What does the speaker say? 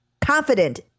confident